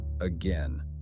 again